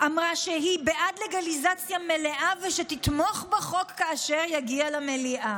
אמרה שהיא בעד לגליזציה מלאה ושתתמוך בחוק כאשר יגיע למליאה.